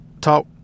talk